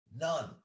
None